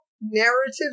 narrative